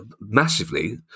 massively